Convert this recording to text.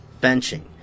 benching